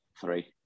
three